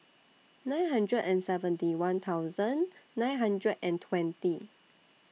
nine hundred and seventy one thousand nine hundred and twenty